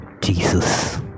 Jesus